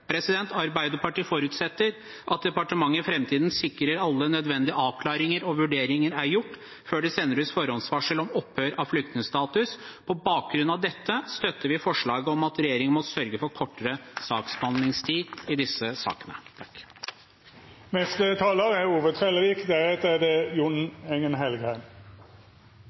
Arbeiderpartiet forutsetter at departementet i framtiden sikrer at alle nødvendige avklaringer og vurderinger er gjort før de sender ut forhåndsvarsel om opphør av flyktningstatus. På bakgrunn av dette støtter vi forslaget om at regjeringen må sørge for kortere saksbehandlingstid i disse sakene. Det er